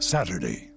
Saturday